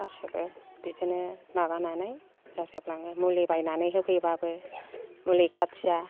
गासिबो बिदिनो माबानानै जाजोबलाङो मुलि बायनानै होफैबाबो मुलि खाथिया